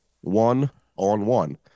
one-on-one